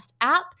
app